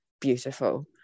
beautiful